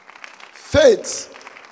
Faith